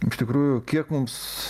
iš tikrųjų kiek mums